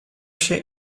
się